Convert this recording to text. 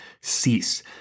cease